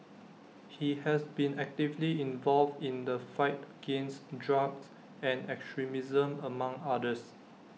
he has been actively involved in the fight against drugs and extremism among others